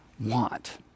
want